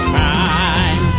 time